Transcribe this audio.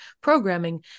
programming